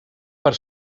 per